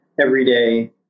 everyday